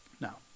Now